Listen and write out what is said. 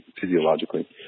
physiologically